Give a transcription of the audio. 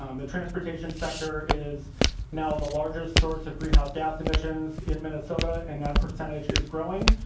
um the transportation sector is now the largest source of greenhouse gas emissions in minnesota and that percentage is growing.